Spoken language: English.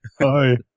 Hi